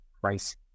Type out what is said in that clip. price